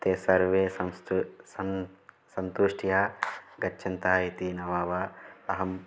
ते सर्वे संस्था सन्ति सन्तुष्टाः गच्छन्ति इति न वा वा अहं